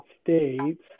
States